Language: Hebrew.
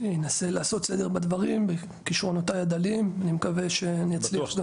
אני אנסה לעשות סדר בדברים עם כישרונותיי הדלים אני מקווה שאני אצליח.